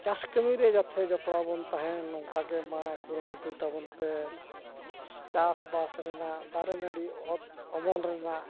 ᱪᱟᱥ ᱠᱟᱹᱢᱤᱨᱮ ᱡᱟᱛᱮ ᱡᱚᱯᱲᱟᱣ ᱵᱚᱱ ᱛᱟᱦᱮᱱ ᱱᱚᱝᱠᱟᱜᱮ ᱢᱟ ᱠᱩᱨᱩᱢᱩᱴᱩᱭ ᱛᱟᱵᱚᱱ ᱯᱮ ᱪᱟᱥᱵᱟᱥ ᱨᱮᱱᱟᱜ ᱫᱟᱨᱮ ᱱᱟᱲᱤ ᱚᱛ ᱚᱢᱚᱱ ᱨᱮᱱᱟᱜ